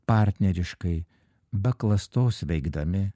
partneriškai be klastos veikdami